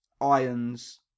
Irons